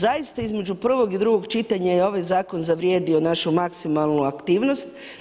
Zaista između prvog i drugog čitanja je ovaj zakon zavrijedio našu maksimalnu aktivnost.